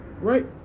Right